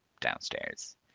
downstairs